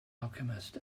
alchemist